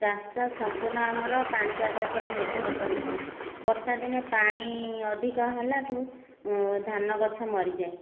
ଚାଷ ସମ୍ପୂର୍ଣ୍ଣ ଆମର ପାଣିପାଗ ଉପରେ ନିର୍ଭର କରିଥାଏ ବର୍ଷାଦିନେ ପାଣି ଅଧିକ ହେଲା ଠୁ ଧାନଗଛ ମରିଯାଏ